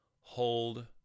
hold